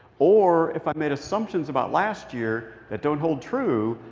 or, if i made assumptions about last year that don't hold true,